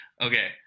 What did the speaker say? okay